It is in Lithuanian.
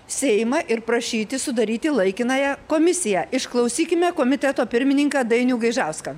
seimą ir prašyti sudaryti laikinąją komisiją išklausykime komiteto pirmininką dainių gaižauską